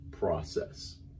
process